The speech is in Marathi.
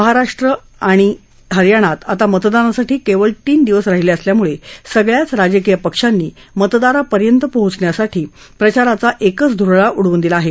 महाराष्ट्र आणि हरियाणात आता मतदानासाठी केवळ तीन दिवस राहिले असल्यामुळे सगळ्याच राजकीय पक्षांनी मतदारांपर्यंत पोचण्यासाठी प्रचाराचा एकच धडाका लावला आहे